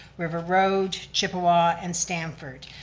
river road, chippewa and stanford.